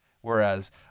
Whereas